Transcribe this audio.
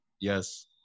Yes